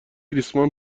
ریسمان